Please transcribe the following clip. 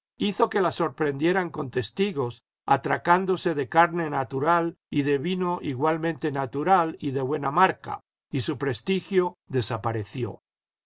hizo que la sorprendieran con testigos atracándose de carne natural y de vino igualmente natural y de buena marca y su prestigio desapareció